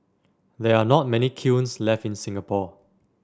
there are not many kilns left in Singapore